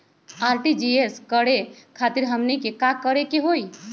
RTGS करे खातीर हमनी के का करे के हो ई?